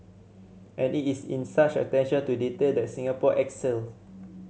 and it is in such attention to detail that Singapore excels